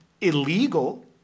illegal